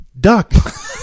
duck